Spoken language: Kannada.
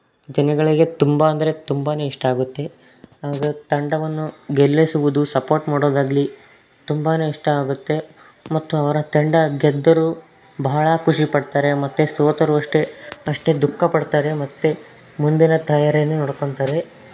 ಜನಗಳಿಗೆ ತುಂಬ ಅಂದರೆ ತುಂಬಾ ಇಷ್ಟ ಆಗುತ್ತೆ ತಂಡವನ್ನು ಗೆಲ್ಲಿಸುವುದು ಸಪೋರ್ಟ್ ಮಾಡೋದಾಗಲಿ ತುಂಬಾ ಇಷ್ಟ ಆಗುತ್ತೆ ಮತ್ತು ಅವರ ತಂಡ ಗೆದ್ದರೂ ಬಹಳ ಖುಷಿ ಪಡ್ತಾರೆ ಮತ್ತು ಸೋತರೂ ಅಷ್ಟೆ ಅಷ್ಟೇ ದುಃಖ ಪಡ್ತಾರೆ ಮತ್ತು ಮುಂದಿನ ತಯಾರಿನ ನೋಡ್ಕೊತಾರೆ